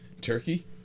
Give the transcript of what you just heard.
Turkey